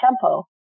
tempo